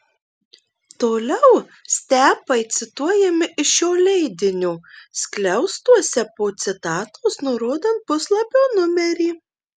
toliau stepai cituojami iš šio leidinio skliaustuose po citatos nurodant puslapio numerį